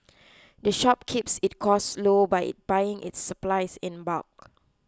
the shop keeps its costs low by buying its supplies in bulk